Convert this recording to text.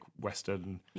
western